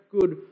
good